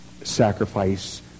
sacrifice